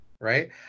right